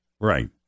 right